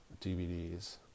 DVDs